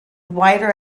wider